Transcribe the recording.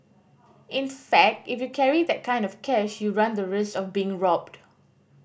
in fact if you carry that kind of cash you run the risk of being robbed